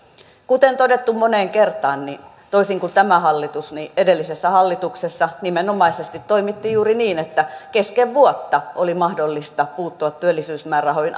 kuten todettu moneen kertaan toisin kuin tässä hallituksessa edellisessä hallituksessa nimenomaisesti toimittiin juuri niin että kesken vuotta oli mahdollista puuttua työllisyysmäärärahoihin